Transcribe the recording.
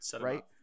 Right